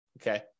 okay